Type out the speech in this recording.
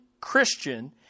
Christian